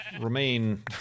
remain